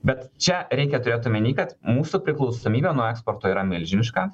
bet čia reikia turėti omeny kad mūsų priklausomybė nuo eksporto yra milžiniška